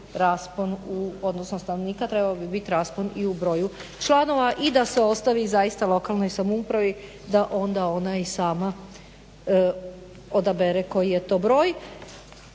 raspon u, odnosno stanovnika trebao bi biti raspon i u broju članova, i da se ostavi zaista lokalnoj samoupravi da onda ona i sama odabere koji je to broj